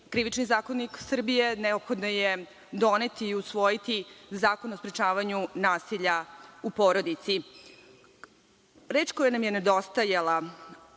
Krivični zakonik Srbije, neophodno je doneti i usvojiti zakon o sprečavanju nasilja u porodici. Reč koja nam je nedostajala